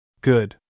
Good